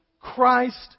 Christ